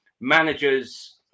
managers